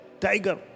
tiger